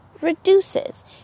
reduces